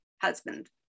husband